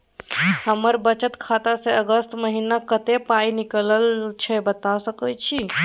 हमर बचत खाता स अगस्त महीना कत्ते पाई निकलल छै बता सके छि?